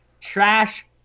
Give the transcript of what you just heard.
Trash